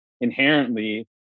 inherently